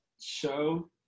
show